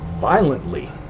violently